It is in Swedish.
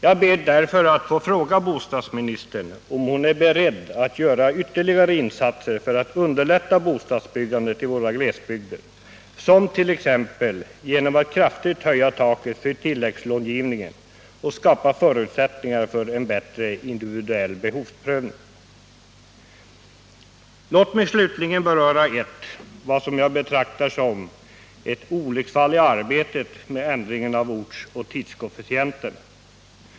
Jag ber därför att få fråga bostadsministern om hon är beredd att göra ytterligare insatser för att underlätta bostadsbyggandet i våra glesbygder, t.ex. genom att kraftigt höja taket för tilläggslånegivningen och skapa förutsättningar för en bättre individuell behovsprövning. Låt mig slutligen beröra vad jag betraktar som ett olycksfall i arbetet med ändringen av ortsoch tidskoefficienterna.